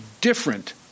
different